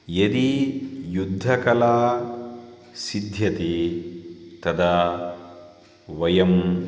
यदि युद्धकला सिद्ध्यति तदा वयं